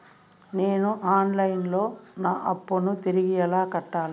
నేను online లో నా అప్పును తిరిగి ఎలా కట్టాలి?